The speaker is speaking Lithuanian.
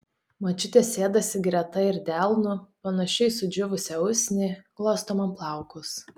močiutė sėdasi greta ir delnu panašiu į sudžiūvusią usnį glosto man plaukus